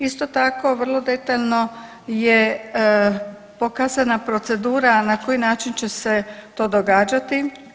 Isto tako, vrlo detaljno je pokazana procedura na koji način će se to događati.